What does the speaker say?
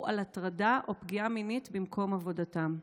על הטרדה או פגיעה מינית במקום עבודתם.